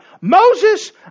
Moses